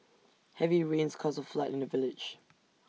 heavy rains caused A flood in the village